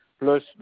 plus